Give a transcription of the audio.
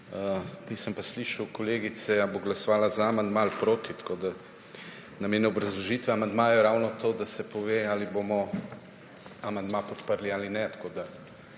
Nisem pa slišal kolegice, ali bo glasovala za amandma ali proti. Namen obrazložitve amandmaja je ravno to, da se pove, ali bomo amandma podprli ali ne. Tako da